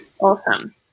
Awesome